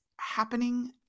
happening